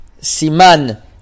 Siman